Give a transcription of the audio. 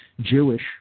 Jewish